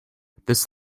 this